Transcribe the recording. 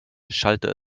schallte